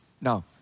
Now